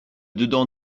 dedans